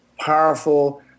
powerful